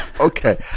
Okay